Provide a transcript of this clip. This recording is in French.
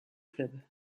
club